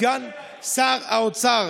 לסגן שר האוצר